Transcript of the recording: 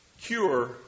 cure